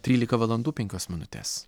trylika valandų penkios minutės